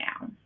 now